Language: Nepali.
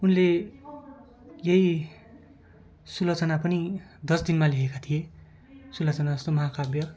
उनले यही सुलोचना पनि दस दिनमा लेखेका थिए सुलोचना जस्तो महाकाव्य